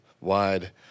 wide